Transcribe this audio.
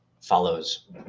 follows